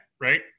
right